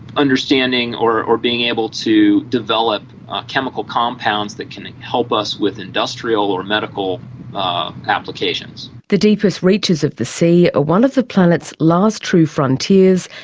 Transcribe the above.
understanding or or being able to develop chemical compounds that can help us with industrial or medical applications. the deepest reaches of the sea are ah one of the planet's last true frontiers,